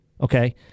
Okay